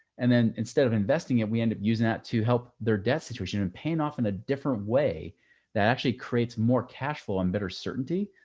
and then instead of investing it, we ended up using that to help their debt situation and paying off in a different way that actually creates more cash flow and better certainty.